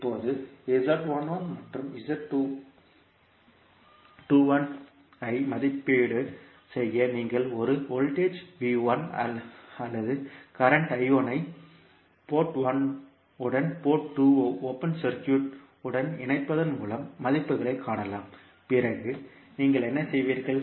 இப்போது மற்றும் ஐ மதிப்பீடு செய்ய நீங்கள் ஒரு வோல்ட்டேஜ் அல்லது தற்போதைய ஐ போர்ட் 1 உடன் போர்ட் 2 ஓபன் சர்க்யூட் உடன் இணைப்பதன் மூலம் மதிப்புகளைக் காணலாம் பிறகு நீங்கள் என்ன செய்வீர்கள்